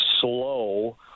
slow